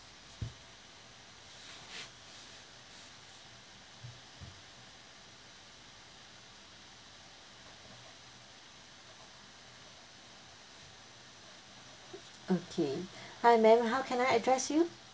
okay hi ma'am how can I address you